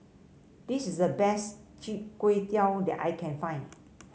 this is the best Chi Kak Kuih that I can find